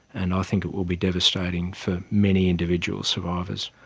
and i think it will be devastating for many individual survivors.